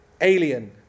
Alien